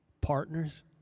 partners